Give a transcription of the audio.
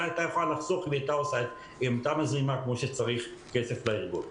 הייתה יכולה לחסוך אם היא הייתה מזרימה כמו שצריך כסף לארגון.